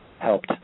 helped